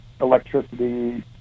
electricity